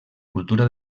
cultura